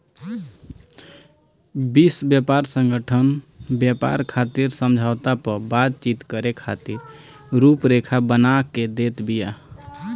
विश्व व्यापार संगठन व्यापार खातिर समझौता पअ बातचीत करे खातिर रुपरेखा बना के देत बिया